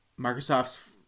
Microsoft's